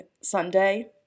Sunday